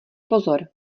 pozor